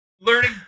learning